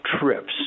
trips